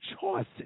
choices